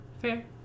Fair